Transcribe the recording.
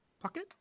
pocket